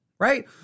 Right